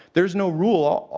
there's no rule,